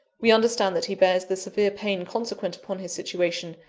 we understand that he bears the severe pain consequent upon his situation,